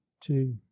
two